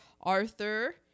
Arthur